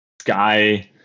sky